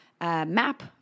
map